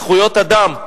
זכויות אדם.